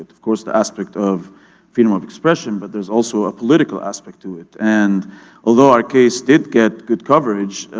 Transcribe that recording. of course the aspect of freedom of expression, but there's also a political aspect to it. and although our case did get good coverage,